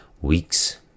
weeks